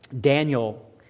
Daniel